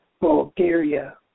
Bulgaria